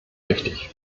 richtig